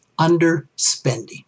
underspending